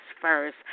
first